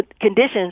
conditions